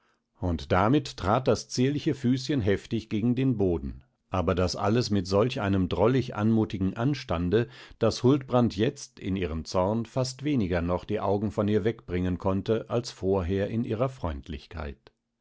und damit trat das zierliche füßchen heftig gegen den boden aber das alles mit solch einem drollig anmutigen anstande daß huldbrand jetzt in ihrem zorn fast weniger noch die augen von ihr wegbringen konnte als vorher in ihrer freundlichkeit